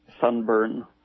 sunburn